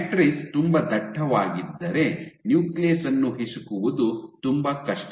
matrix ತುಂಬಾ ದಟ್ಟವಾಗಿದ್ದರೆ nucleus ಅನ್ನು ಹಿಸುಕುವುದು ತುಂಬಾ ಕಷ್ಟ